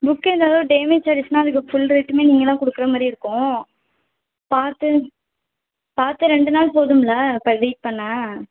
book ஏதாவது damage ஆகிருச்சுனா அதுக்கு ஃபுல் ரேட்டுமே நீங்கள் தான் கொடுக்குற மாதிரி இருக்கும் பார்த்து பார்த்து ரெண்டு நாள் போதும்ல ப ரீட் பண்ண